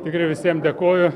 tikrai visiem dėkoju